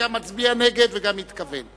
וגם מצביע נגד וגם מתכוון.